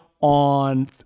On